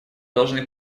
должны